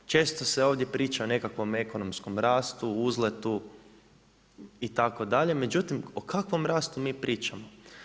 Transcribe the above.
Često se ovdje priča o nekakvo ekonomskom rastu, uzletu, itd., međutim o kakvom rastu mi pričamo?